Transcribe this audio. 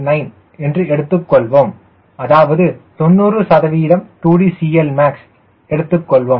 9 எடுத்துக்கொள்வோம் அதாவது 90 சதவீதம் 2D Clmax எடுத்துக் கொள்வோம்